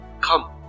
Come